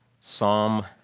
Psalm